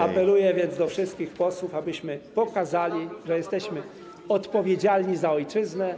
Apeluję więc do wszystkich posłów, abyśmy pokazali, że jesteśmy odpowiedzialni za ojczyznę.